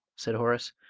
said horace.